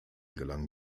gelang